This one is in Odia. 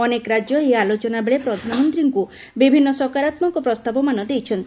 ଅନେକ ରାକ୍ୟ ଏହି ଆଲୋଚନାବେଳେ ପ୍ରଧାନମନ୍ତୀଙ୍କୁ ବିଭିନୁ ସକାରାମ୍କ ପ୍ରସ୍ତାବମାନ ଦେଇଛନ୍ତି